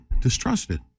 distrusted